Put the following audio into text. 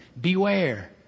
Beware